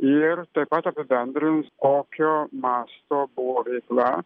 ir taip pat apibendrins kokio masto buvo veikla